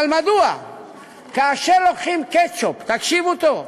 אבל מדוע כאשר לוקחים קטשופ, תקשיבו טוב,